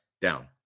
down